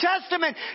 Testament